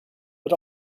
but